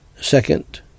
Second